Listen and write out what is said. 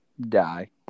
Die